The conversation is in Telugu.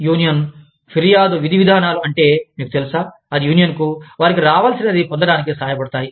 యూనియన్ ఫిర్యాదు విధివిధానాలు అంటే మీకు తెలుసా అవి యూనియన్కు వారికి రావాల్సినది పొందడానికి సహాయపడతాయి